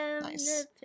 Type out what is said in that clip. nice